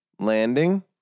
Landing